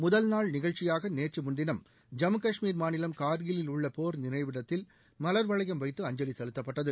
முதல் நாள் நிகழ்ச்சியாக நேற்று முன்தினம் ஜம்மு கஷ்மீர் மாநிலம் கார்கிலில் உள்ள போர் நினைவிடத்தில் மலர் வளையம் வைத்து அஞ்சலி செலுத்தப்பட்டது